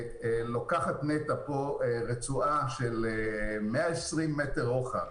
נת"ע לוקחת רצועה של 120 מטר רוחב